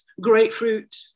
grapefruit